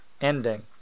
ending